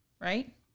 right